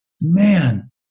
man